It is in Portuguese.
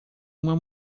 uma